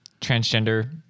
transgender